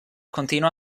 continua